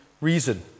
reason